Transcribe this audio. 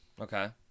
Okay